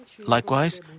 Likewise